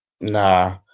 nah